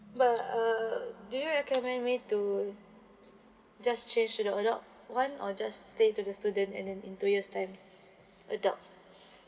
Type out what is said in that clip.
but uh do you recommend me to just change to the adult [one] or just stay to the student and then in two years time adult